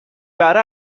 بهره